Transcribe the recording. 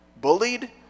Bullied